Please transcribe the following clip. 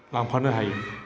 लांफानो हायो